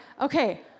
okay